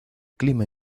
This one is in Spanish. clima